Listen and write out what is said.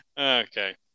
Okay